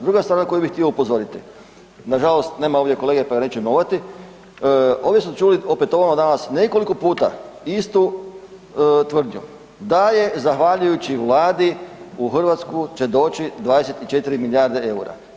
Druga stvar na koju bi htio upozoriti, nažalost nema ovdje kolege, pa ga neću imenovati, ovdje smo čuli opetovano danas nekoliko puta istu tvrdnju da je zahvaljujući Vladi, u Hrvatsku će doći 24 milijardi eura.